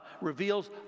reveals